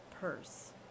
purse